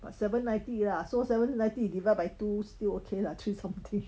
but seven ninety lah so seven ninety divide by two still okay lah three something